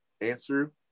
answer